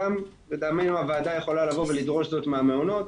וגם לטעמנו הוועדה יכולה לבוא ולדרוש זאת מהמעונות,